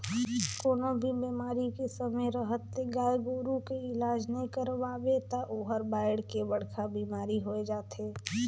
कोनों भी बेमारी के समे रहत ले गाय गोरु के इलाज नइ करवाबे त ओहर बायढ़ के बड़खा बेमारी होय जाथे